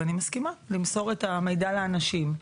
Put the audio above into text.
ואני מסכימה למסור את המידע לאנשים.